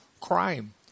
crime